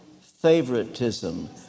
favoritism